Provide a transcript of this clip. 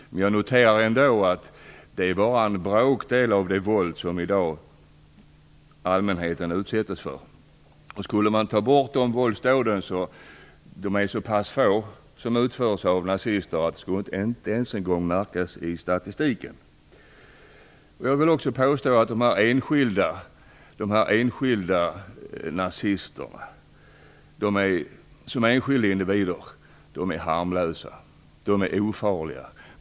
Men jag noterar ändå att det våldet bara är en bråkdel av det våld som allmänheten i dag utsätts för. Skulle man ta bort de våldsdåd som utförs av nazister är de så pass få att det inte ens en gång skulle märkas i statistiken. Jag vill också påstå att de enskilda nazisterna, som enskilda individer, är harmlösa. De är ofarliga.